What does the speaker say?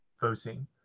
voting